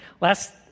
last